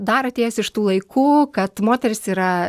dar atėjęs iš tų laikų kad moterys yra